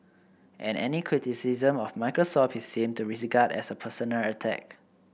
and any criticism of Microsoft he seemed to as a personal attack